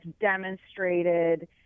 demonstrated